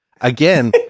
again